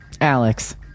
Alex